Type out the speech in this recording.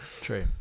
True